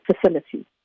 facility